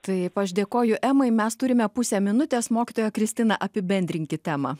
taip aš dėkoju emai mes turime pusę minutės mokytoja kristina apibendrinkit temą